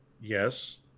yes